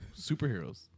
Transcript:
Superheroes